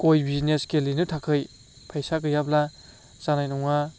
गय बिजिनेस गेलेनो थाखै फैसा गैयाब्ला जानाय नङा